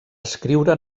escriure